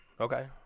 Okay